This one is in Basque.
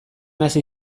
hasi